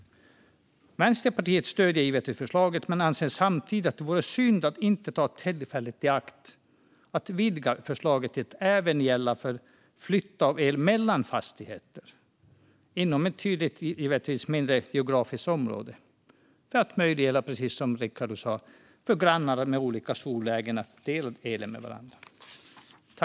Vänsterpartiet stöder förslaget men anser samtidigt att det vore synd att inte ta tillfället i akt att vidga förslaget till att även gälla flytt av el mellan fastigheter, givetvis inom ett tydligt, mindre geografiskt område, för att, som Rickard sa, möjliggöra för grannar med olika sollägen att dela elen med varandra.